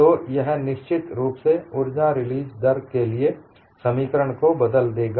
तो यह निश्चित रूप से ऊर्जा रिलीज दर के लिए समीकरण को बदल देगा